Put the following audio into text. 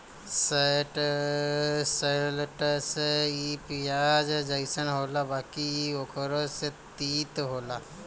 शैलटस इ पियाज जइसन होला बाकि इ ओकरो से तीत होला